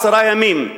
עשרה ימים,